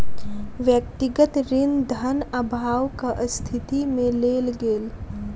व्यक्तिगत ऋण धन अभावक स्थिति में लेल गेल